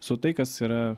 su tai kas yra